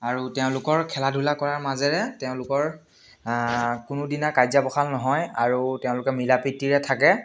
আৰু তেওঁলোকৰ খেলা ধূলা কৰাৰ মাজেৰে তেওঁলোকৰ কোনোদিনা কাজিয়া পখাল নহয় আৰু তেওঁলোকে মিলা প্ৰিতীৰে থাকে